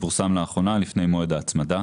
שפורסם לאחרונה לפני מועד ההצמדה,